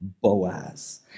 Boaz